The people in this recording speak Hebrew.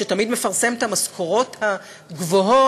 שתמיד מפרסם את המשכורות הגבוהות,